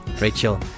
Rachel